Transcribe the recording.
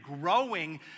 growing